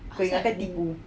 !oi! kata tipu